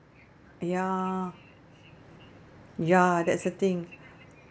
ya ya that's the thing